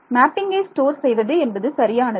மேப்பிங்கை store செய்வது என்பது சரியானது